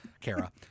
Kara